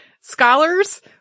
scholars